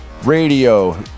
Radio